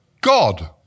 God